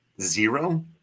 Zero